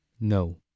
No